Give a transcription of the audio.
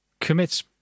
commits